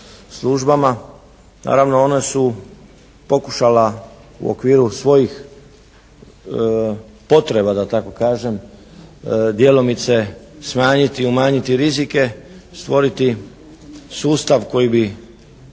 Naravno ona su pokušala u okviru svojih potreba da tako kažem djelomice smanjiti i umanjiti rizike, stvoriti sustav koji bi